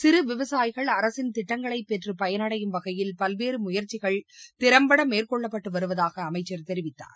சிறு விவசாயிகள் அரசின் திட்டங்களை பெற்று பயனடையும் வகையில் பல்வேறு முயற்சிகள் திறன்பட மேற்கொள்ளப்பட்டு வருவதாக அமைச்சர் தெரிவித்தார்